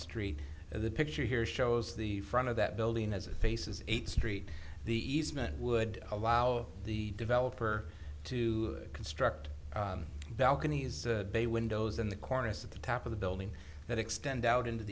street and the picture here shows the front of that building as it faces eighth street the easement would allow the developer to construct balconies bay windows in the corners at the top of the building that extend out into